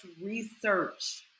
research